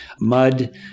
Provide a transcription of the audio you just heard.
mud